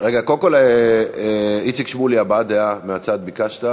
אינה נוכחת,